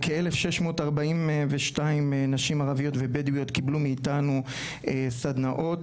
1,642 נשים ערביות ובדואיות מאיתנו סדנאות